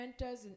enters